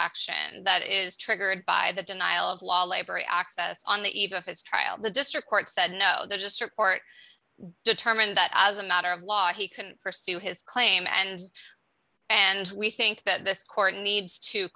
action that is triggered by the denial of law library access on the eve of his trial the district court said no there just report determined that as a matter of law he can pursue his claim and and we think that this court needs to